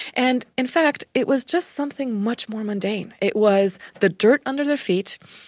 and in fact, it was just something much more mundane it was the dirt under their feet,